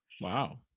Wow